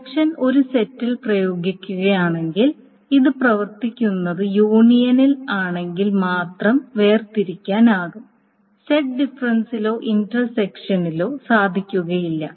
projection ഒരു സെറ്റിൽ പ്രയോഗിക്കുകയാണെങ്കിൽ ഇത് പ്രവർത്തിക്കുന്നത് യൂണിയനിൻ ആണെങ്കിൽ മാത്രം വേർതിരിക്കാനാകുംസെറ്റ് ഡിഫറൻസിലോ ഇൻറ്റർസെക്ഷനിലോ സാധിക്കുകയില്ല